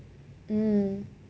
hmm